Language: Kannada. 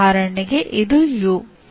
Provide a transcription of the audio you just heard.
ಅವರು ಬಾಹ್ಯ ಘಟನೆಗಳನ್ನು ಯೋಜಿಸುತ್ತಾರೆ